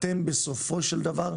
בסופו של דבר,